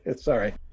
Sorry